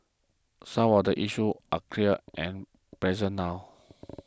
some of the issues are clear and present now